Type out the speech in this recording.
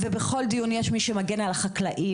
ובכל דיון יש מי שמגן על החקלאים,